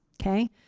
Okay